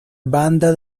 banda